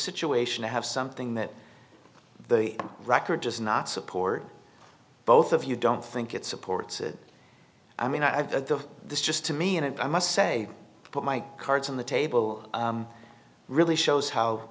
situation to have something that the record just not support both of you don't think it supports it i mean i've heard of this just to me and i must say put my cards on the table really shows how